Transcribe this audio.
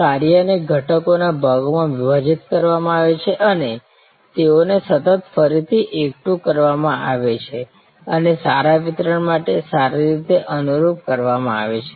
કાર્યને ઘટકોના ભાગોમાં વિભાજિત કરવામાં આવે છે અને તેઓને સતત ફરીથી એકઠું કરવામાં આવે છે અને સારા વિતરણ માટે સારી રીતે અનુરૂપ કરવામાં આવે છે